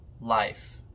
life